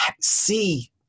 see